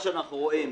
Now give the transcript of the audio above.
מה שאנחנו רואים,